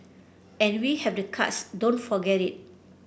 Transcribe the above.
and we have the cards don't forget it